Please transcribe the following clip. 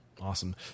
Awesome